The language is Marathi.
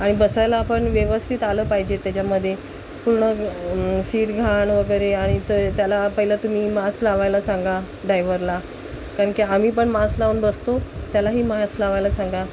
आणि बसायला पण व्यवस्थित आलं पाहिजे त्याच्यामध्ये पूर्ण सीट घाण वगैरे आणि त्याला पहिलं तुम्ही मास्क लावायला सांगा डायव्हरला कारण की आम्ही पण मास्क लावून बसतो त्यालाही मास्क लावायला सांगा